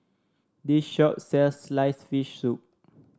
this shop sells sliced fish soup